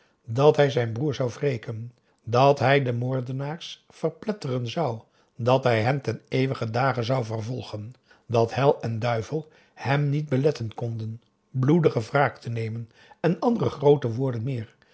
dat hij zijn broer zou wreken dat hij de moordenaars verpletteren zou dat hij hen ten eeuwigen dage zou vervolgen dat hel en duivel hem niet beletten konden bloedige wraak te nemen en andere groote woorden meer